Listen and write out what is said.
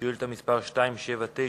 שאילתא מס' 276,